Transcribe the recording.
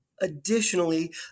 additionally